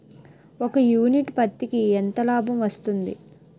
ఒక యూనిట్ పత్తికి ఎంత లాభం వస్తుంది?